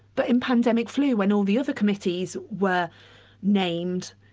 but in pandemic flu when all the other committees were named,